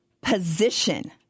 position